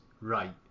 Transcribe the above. right